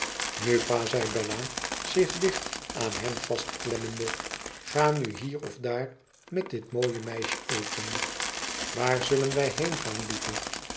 nu pa zei bella zich dicht aan hem vastklemmende ga nu hier of daar met dit mooie meisje eten waar zullen wij heengaan lieve